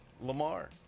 Lamar